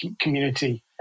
community